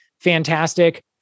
fantastic